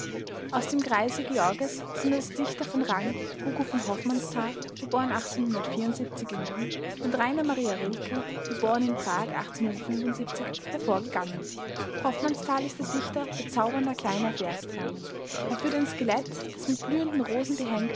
aus dem kreise georges sind als dichter von rang hugo v hoffmannsthal in wien und rainer maria rilke geb in prag hervorgegangen hofmannsthal ist der dichter bezaubernder kleiner versdramen er führt ein skelett das mit blühenden